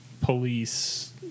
police